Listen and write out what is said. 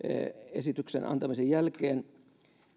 esityksen antamisen jälkeen